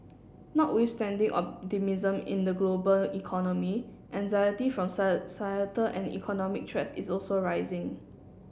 notwithstanding optimism in the global economy anxiety from and economic threats is also rising